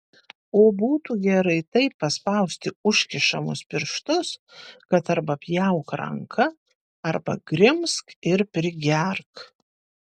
o būtų gerai taip paspausti užkišamus pirštus kad arba pjauk ranką arba grimzk ir prigerk